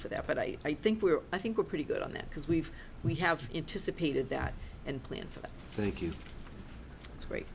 for that but i i think we're i think we're pretty good on that because we've we have anticipated that and plan for it thank you it's great